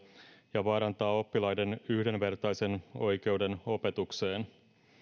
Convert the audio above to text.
ja vaarantaa oppilaiden yhdenvertaisen oikeuden opetukseen